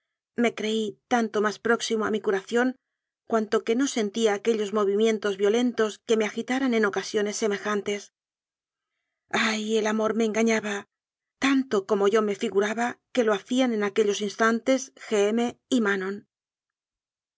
me creí tanto más próximo a mi curación cuanto que no sentía aquellos movimientos violentos que me agitaran en ocasiones semejantes jay el mor me engañaba tanto como yo me figuraba que lo hacían en aquellos instantes